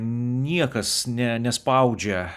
niekas ne nespaudžia